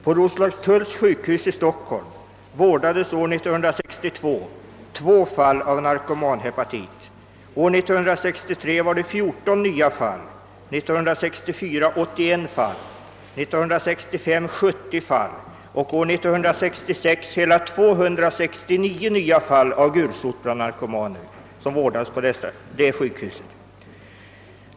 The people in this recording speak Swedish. På Roslagstulls sjukhus i Stockholm vårdades år 1962 två fall av narkomanhepatit, år 1963 var det 14 nya fall, år 1964 81 fall, 1965 var det 70 fall och år 1966 hela 269 nya fall av gulsot bland narkomaner som vårdades på detta sjukhus.